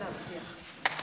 בבקשה.